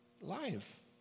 life